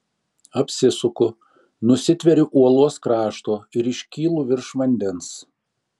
apsisuku nusitveriu uolos krašto ir iškylu virš vandens